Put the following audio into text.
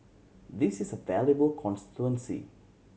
this is a valuable constituency